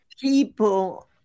People